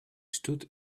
stood